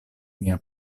mia